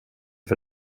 för